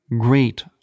great